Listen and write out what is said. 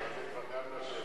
זאת לא השאלה